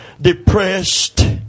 depressed